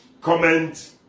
comment